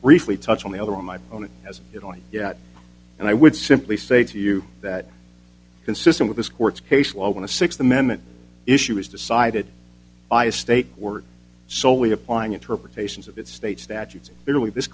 briefly touch on the other on my own as it on yet and i would simply say to you that consistent with this court's caseload in the sixth amendment issue was decided by a state were solely applying interpretations of its state statutes literally this